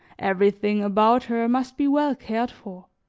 everything about her must be well cared for,